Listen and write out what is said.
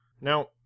Now